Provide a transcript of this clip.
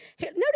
Notice